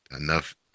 enough